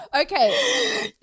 Okay